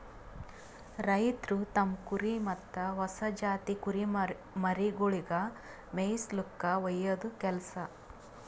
ರೈತ್ರು ತಮ್ಮ್ ಕುರಿ ಮತ್ತ್ ಹೊಸ ಜಾತಿ ಕುರಿಮರಿಗೊಳಿಗ್ ಮೇಯಿಸುಲ್ಕ ಒಯ್ಯದು ಕೆಲಸ